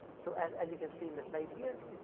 so, as as you can see in the slide here.